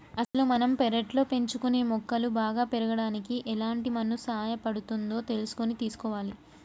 అసలు మనం పెర్లట్లో పెంచుకునే మొక్కలు బాగా పెరగడానికి ఎలాంటి మన్ను సహాయపడుతుందో తెలుసుకొని తీసుకోవాలి